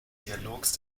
dialogs